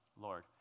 Lord